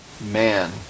man